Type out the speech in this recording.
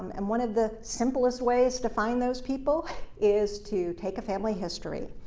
and one of the simplest ways to find those people is to take a family history.